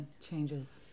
changes